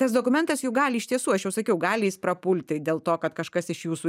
tas dokumentas juk gali iš tiesų aš jau sakiau gali jis prapulti dėl to kad kažkas iš jūsų